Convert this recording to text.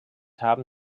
haben